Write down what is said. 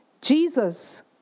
Jesus